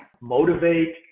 motivate